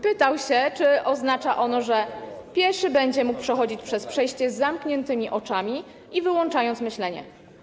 Pytał, czy oznacza ono, że pieszy będzie mógł przechodzić przez przejście z zamkniętymi oczami i wyłączając myślenie.